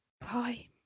Bye